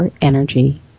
energy